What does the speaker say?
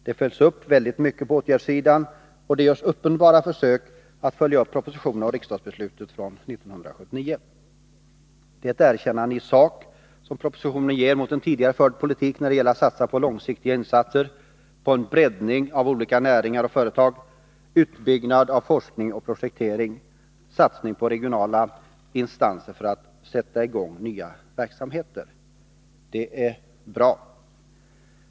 Det följs upp väldigt mycket på åtgärdssidan, och det görs uppenbara försök att följa upp propositionen och riksdagsbeslutet från 1979. Det är ett erkännande i sak som propositionen ger en tidigare förd politik när det gäller att satsa på långsiktiga insatser, på en breddning av olika näringar och företag, på en utbyggnad av forskning och projektering, på en satsning på regionala instanser för att sätta i gång nya verksamheter. Det är bra.